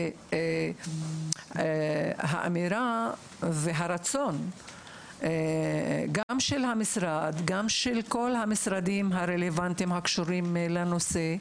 היא האמירה והרצון של המשרד ושל כל המשרדים הרלוונטיים הקשורים לנושא,